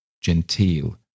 genteel